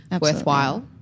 worthwhile